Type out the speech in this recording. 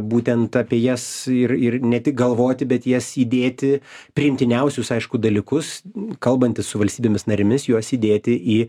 būtent apie jas ir ir ne tik galvoti bet į jas įdėti priimtiniausius aišku dalykus kalbantis su valstybėmis narėmis juos įdėti į